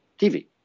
TV